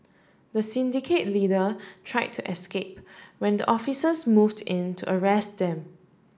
the syndicate leader try to escape when the officers moved in to arrest them